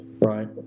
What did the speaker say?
right